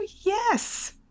Yes